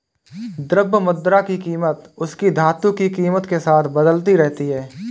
द्रव्य मुद्रा की कीमत उसकी धातु की कीमत के साथ बदलती रहती है